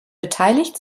beteiligt